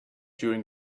during